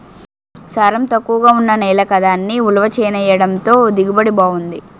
సారం తక్కువగా ఉన్న నేల కదా అని ఉలవ చేనెయ్యడంతో దిగుబడి బావుంది